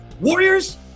Warriors